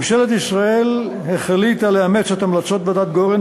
ממשלת ישראל החליטה לאמץ את המלצות ועדת גורן